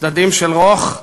צדדים של רוך: